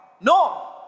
No